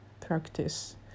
practice